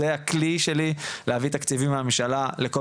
זה הכלי שלי להביא תקציבים מהממשלה לכל